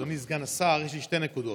אדוני סגן השר, יש לי שתי נקודות.